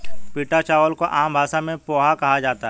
पीटा चावल को आम भाषा में पोहा कहा जाता है